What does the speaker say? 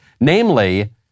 namely